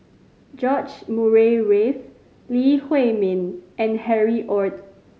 George Murray Reith Lee Huei Min and Harry Ord